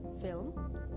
film